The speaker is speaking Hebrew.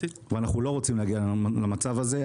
אנחנו לא רוצים להגיע למצב לפעול.